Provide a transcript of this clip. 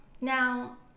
Now